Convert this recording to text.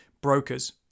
brokers